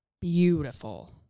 Beautiful